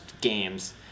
games